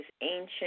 ancient